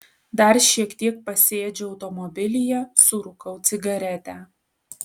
dar šiek tiek pasėdžiu automobilyje surūkau cigaretę